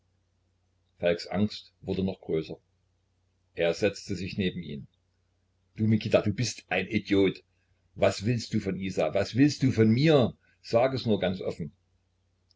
falks angst wurde noch größer er setzte sich neben ihn du mikita du bist ein idiot was willst du von isa was willst du von mir sag es nur ganz offen